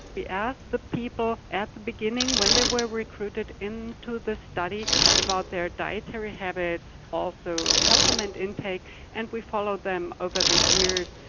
we asked the people at the beginning when they were recruited into the study about their dietary habits also supplement intake intake and we followed them over the years.